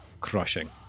crushing